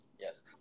Yes